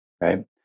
right